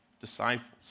disciples